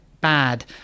bad